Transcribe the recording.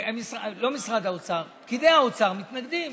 לא משרד האוצר, פקידי האוצר מתנגדים,